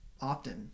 often